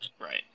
right